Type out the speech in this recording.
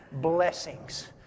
blessings